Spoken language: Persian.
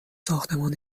ساختمان